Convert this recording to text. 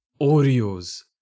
Oreos